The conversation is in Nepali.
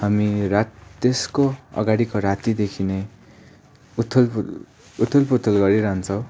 हामी रात त्यसको अगाडिको रातिदेखि नै उथुल पुथुल गरिरहन्छौँ